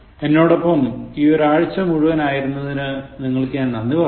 എന്നോടൊപ്പം ഈ ഒരാഴ്ച്ച മുഴുവൻ ആയിരുന്നതിന് നിങ്ങൾക്കു ഞാൻ നന്ദി പറയുന്നു